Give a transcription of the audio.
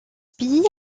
pays